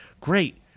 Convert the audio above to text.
Great